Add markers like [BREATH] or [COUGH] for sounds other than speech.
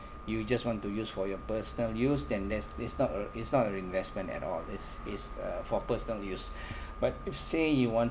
you just want to use for your personal use then that's it's not a it's not an investment at all it's it's uh for personal use [BREATH] but if say you want